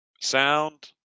sound